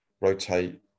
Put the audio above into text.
rotate